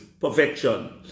Perfection